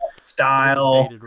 style